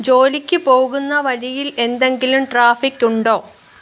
ജോലിക്ക് പോകുന്ന വഴിയിൽ എന്തെങ്കിലും ട്രാഫിക് ഉണ്ടോ